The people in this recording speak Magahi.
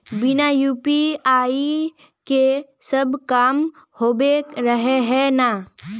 बिना यु.पी.आई के सब काम होबे रहे है ना?